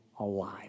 Alive